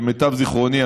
למיטב זיכרוני,